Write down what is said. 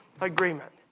agreement